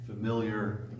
familiar